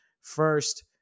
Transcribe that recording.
First